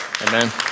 Amen